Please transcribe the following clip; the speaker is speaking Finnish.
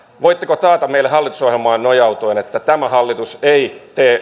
voitteko taata meille hallitusohjelmaan nojautuen että tämä hallitus ei tee